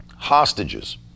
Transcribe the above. Hostages